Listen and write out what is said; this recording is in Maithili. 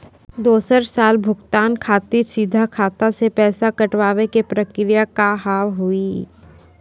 दोसर साल भुगतान खातिर सीधा खाता से पैसा कटवाए के प्रक्रिया का हाव हई?